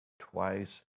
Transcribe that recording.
twice